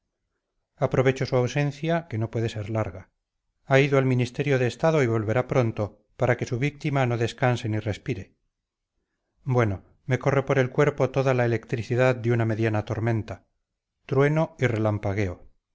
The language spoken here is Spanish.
aprovecho su ausencia que no puede ser larga ha ido al ministerio de estado y volverá pronto para que su víctima no descanse ni respire bueno me corre por el cuerpo toda la electricidad de una mediana tormenta trueno y relampagueo